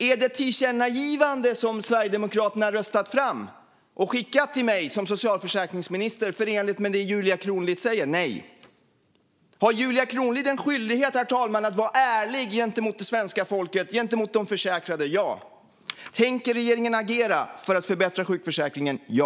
Är det tillkännagivande som Sverigedemokraterna har röstat fram och skickat till mig som socialförsäkringsminister förenligt med det Julia Kronlid säger? Nej. Har Julia Kronlid en skyldighet, herr talman, att vara ärlig gentemot det svenska folket och gentemot de försäkrade? Ja. Tänker regeringen agera för att förbättra sjukförsäkringen? Ja.